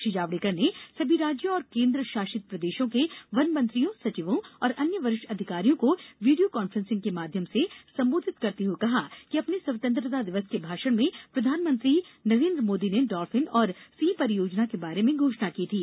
श्री जावड़ेकर ने समी राज्यों और केंद्रशासित प्रदेशों के वन मंत्रियों सचिवों और अन्य वरिष्ठ अधिकारियों को वीडियो कॉन्फ्रेंसिंग के माध्यम से संबोधित करते हए कहा कि अपने स्वतंत्रता दिवस के भाषण में प्रधानमंत्री नरेन्द्र मोदी ने डॉल्फिन और सिंह परियोजना के बारे में घोषणा की थी